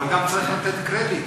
אבל גם צריך לתת קרדיט,